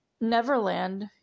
Neverland